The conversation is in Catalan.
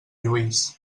lluís